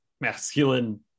masculine